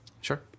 Sure